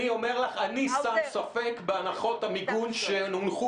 אני אומר לך: אני שם ספק בהנחות המיגון שהונחו